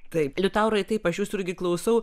taip liutaurai taip aš jūsų irgi klausau